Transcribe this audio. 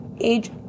Age